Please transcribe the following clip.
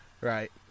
Right